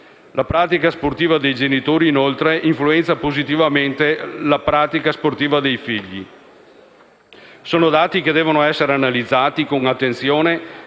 La pratica sportiva dei genitori, inoltre, influenza positivamente la pratica sportiva dei figli. Sono dati che devono essere analizzati con attenzione